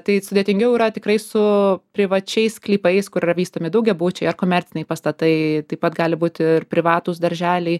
tai sudėtingiau yra tikrai su privačiais sklypais kur yra vystomi daugiabučiai ar komerciniai pastatai taip pat gali būti ir privatūs darželiai